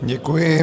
Děkuji.